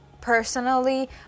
personally